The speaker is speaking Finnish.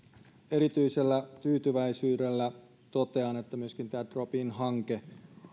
erityisellä tyytyväisyydellä totean että myöskin tämä drop in hanke